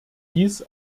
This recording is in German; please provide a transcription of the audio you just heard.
dies